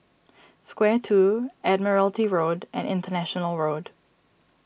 Square two Admiralty Road and International Road